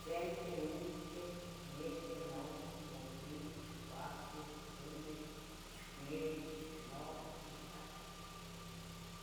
sente, unteh, yete, nuve. mocuili, chicuasen, chicume. chicyeyeh, chicnuveh, mahtlactle